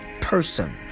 person